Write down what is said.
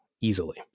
easily